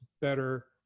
better